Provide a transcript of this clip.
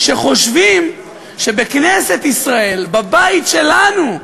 שחושבים שבכנסת ישראל, בבית שלנו,